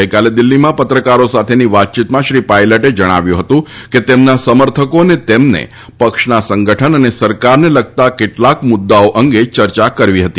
ગઈકાલે દિલ્ફીમાં પત્રકારો સાથેની વાતચીતમાં શ્રી પાયલટે જણાવ્યું હતું કે તેમના સમર્થકો અને તેમને પક્ષના સંગઠન તથા સરકારને લગતા કેટલાંક મુદ્દાઓ અંગે યર્યા કરવી હતી